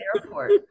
airport